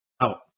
out